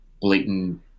blatant